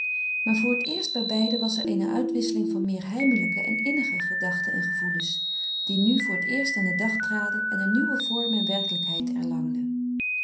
maar voor t eerst bij beiden was er eene uitwisseling van meer heimelijke en innige gedachten en gevoelens die nu voor t eerst aan den dag traden en een nieuwe vorm en werkelijkheid erlangden